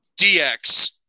DX